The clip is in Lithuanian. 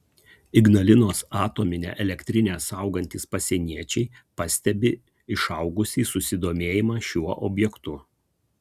ignalinos atominę elektrinę saugantys pasieniečiai pastebi išaugusį susidomėjimą šiuo objektu